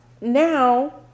now